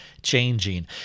Changing